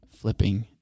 flipping